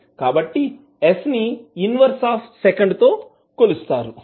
కాబట్టి s ని inverse of second తో కొలుస్తారు